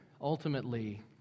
ultimately